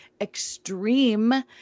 Extreme